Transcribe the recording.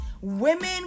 Women